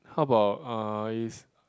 how about uh is